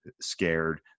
scared